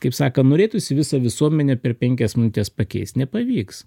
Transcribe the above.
kaip sakant norėtųsi visą visuomenę per penkias minutes pakeist nepavyks